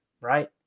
right